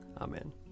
amen